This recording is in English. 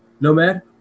Nomad